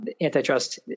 antitrust